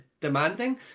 demanding